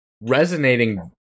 resonating